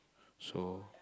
so